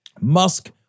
Musk